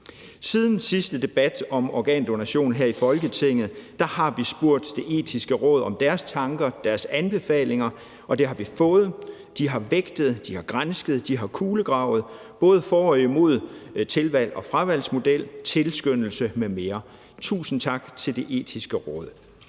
Siden sidste debat om organdonation her i Folketinget har vi spurgt Det Etiske Råd om deres tanker og deres anbefalinger, og dem har vi fået. De har vægtet, de har gransket, de har kulegravet både for og imod tilvalgs- og fravalgsmodellen og tilskyndelse m.m. Tusind tak til Det Etiske Råd.